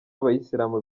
abayisilamu